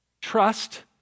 Trust